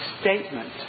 statement